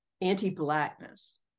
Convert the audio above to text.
anti-Blackness